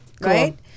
right